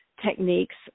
techniques